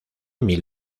mil